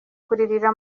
kuririra